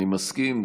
אני מסכים,